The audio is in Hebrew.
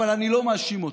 אבל אני לא מאשים אותך.